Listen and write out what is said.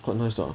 quite nice lah